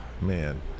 man